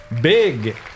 big